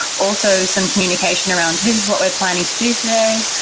also, some communication around this is what we're planning to do today.